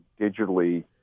digitally